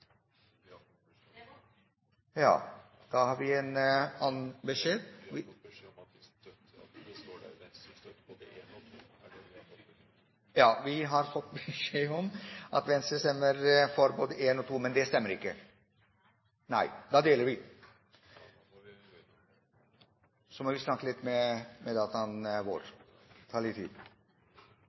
2. Da har vi fått en annen beskjed. Vi har fått beskjed om at Venstre stemmer for både forslag nr. 1 og forslag nr. 2. Men det stemmer ikke? Nei. Da må vi snakke litt med dataen vår – det tar litt tid.